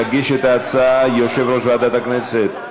יגיש את ההצעה יושב-ראש ועדת הכנסת,